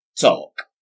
Talk